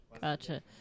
Gotcha